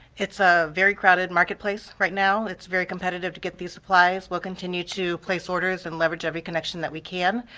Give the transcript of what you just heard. it's ah very crowded marketplace right now. it's very competitive to get these supplies. we'll continue to place orders and leverage every connection that we can.